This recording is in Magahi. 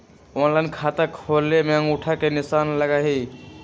ऑनलाइन खाता खोले में अंगूठा के निशान लगहई?